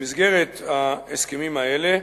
במסגרת ההסכמים האלה,